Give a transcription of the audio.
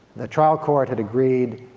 the trial court had agreeed,